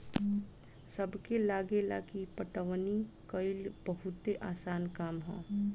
सबके लागेला की पटवनी कइल बहुते आसान काम ह